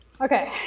Okay